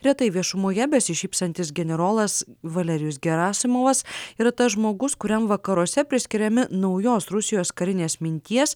retai viešumoje besišypsantis generolas valerijus gerasimovas yra tas žmogus kuriam vakaruose priskiriami naujos rusijos karinės minties